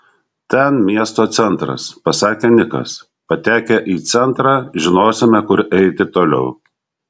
ten miesto centras pasakė nikas patekę į centrą žinosime kur eiti toliau